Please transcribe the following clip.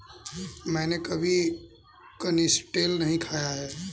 मैंने कभी कनिस्टेल नहीं खाया है